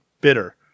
bitter